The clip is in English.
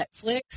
Netflix